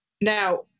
Now